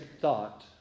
thought